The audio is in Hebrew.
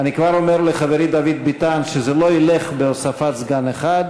אני כבר אומר לחברי דוד ביטן שזה לא ילך בהוספת סגן אחד,